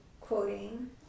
quoting